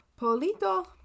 Polito